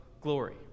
glory